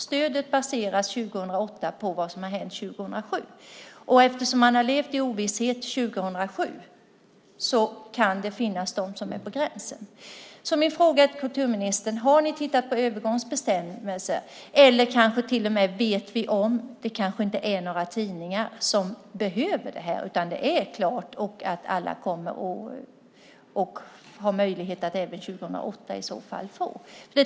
Stödet 2008 baseras på vad som har hänt 2007, och eftersom man levde i ovisshet 2007 kan det finnas tidningar som är på gränsen. Frågan är alltså: Har ni tittat på övergångsbestämmelser eller vet vi kanske till och med att det inte finns några tidningar som behöver det? Det kanske är klart att alla har möjlighet att även 2008 i så fall få stöd.